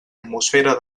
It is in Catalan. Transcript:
atmosfera